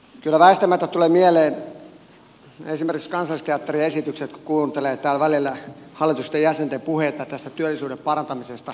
kyllä väistämättä tulee mieleen esimerkiksi kansallisteatterin esitykset kun kuuntelee täällä välillä hallitusten jäsenten puheita tästä työllisyyden parantamisesta